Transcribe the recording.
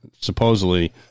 supposedly